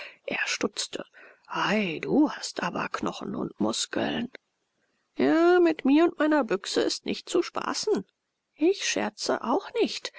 er stutzte ei du hast aber knochen und muskeln ja mit mir und meiner büchse ist nicht zu spaßen ich scherze auch nicht